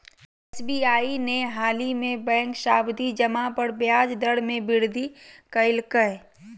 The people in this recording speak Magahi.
एस.बी.आई ने हालही में बैंक सावधि जमा पर ब्याज दर में वृद्धि कइल्कय